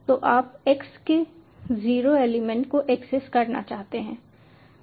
तो आप x के जीरो एलिमेंट को एक्सेस करना चाहते हैं